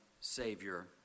Savior